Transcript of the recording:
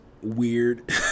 weird